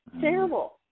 Terrible